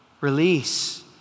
release